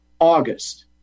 August